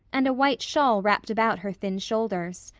and a white shawl wrapped about her thin shoulders.